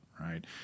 right